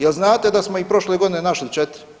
Jel' znate da smo ih prošle godine našli 4?